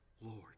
Lord